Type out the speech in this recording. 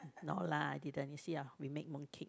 not lah didn't you see ah we make mooncake